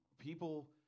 People